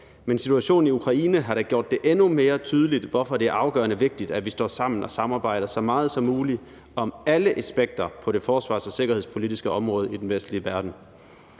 men situationen i Ukraine har da gjort det endnu mere tydeligt, hvorfor det er afgørende vigtigt, at vi står sammen og samarbejder så meget som muligt om alle aspekter på det forsvars- og sikkerhedspolitiske område i den vestlige verden.